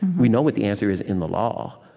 we know what the answer is in the law.